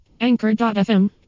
Anchor.fm